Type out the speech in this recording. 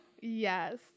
Yes